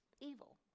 evil